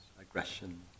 aggression